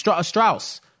Strauss